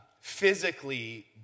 physically